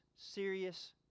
serious